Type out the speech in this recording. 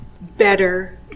better